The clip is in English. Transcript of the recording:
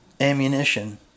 ammunition